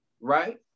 right